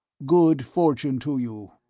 good fortune to you.